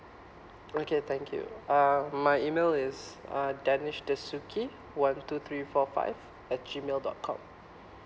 okay thank you uh my email is uh danish dasuki one two three four five at G mail dot com